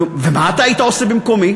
נו, ומה אתה היית עושה במקומי?